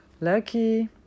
Lucky